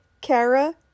kara